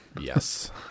Yes